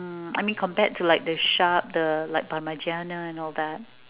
mm I mean compared to like the sharp the like parmigiana and all that